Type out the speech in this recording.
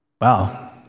Wow